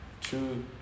Two